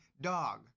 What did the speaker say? dog